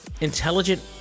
intelligent